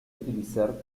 utilizar